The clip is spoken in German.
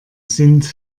sind